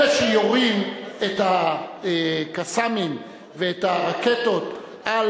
אלה שיורים את ה"קסאמים" ואת הרקטות על